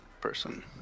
person